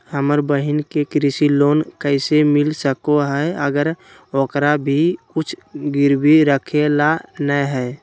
हमर बहिन के कृषि लोन कइसे मिल सको हइ, अगर ओकरा भीर कुछ गिरवी रखे ला नै हइ?